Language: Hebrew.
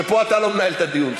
ופה אתה לא מנהל את הדיון,